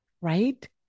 right